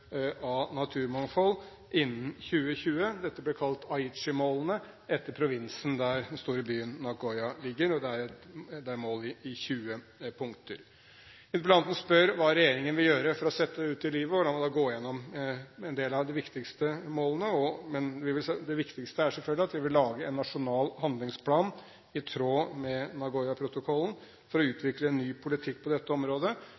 av naturmangfold innen 2020. Dette ble kalt Aichi-målene, etter provinsen der den store byen Nagoya ligger. Det er mål i 20 punkter. Interpellanten spør om hva regjeringen vil gjøre for å sette disse ut i livet. La meg da gå gjennom en del av de viktigste målene, men det viktigste er selvfølgelig at vi vil lage en nasjonal handlingsplan i tråd med Nagoya-protokollen for å utvikle en ny politikk på dette området